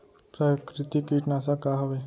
प्राकृतिक कीटनाशक का हवे?